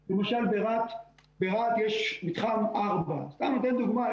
למשל, ברהט יש מתחם 4. סתם אתם דוגמה.